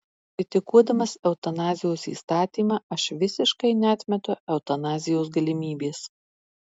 kritikuodamas eutanazijos įstatymą aš visiškai neatmetu eutanazijos galimybės